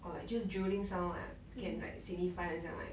or like just drilling sound lah can like signify 很像 like